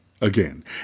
again